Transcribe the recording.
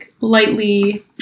lightly